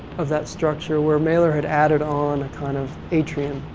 of that structure where mailer had added on a kind of atrium.